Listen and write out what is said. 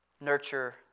nurture